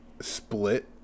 split